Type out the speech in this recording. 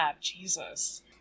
Jesus